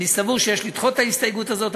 אני סבור שיש לדחות את ההסתייגות הזאת,